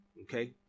okay